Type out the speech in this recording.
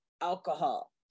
alcohol